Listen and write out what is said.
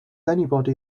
anybody